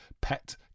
Pet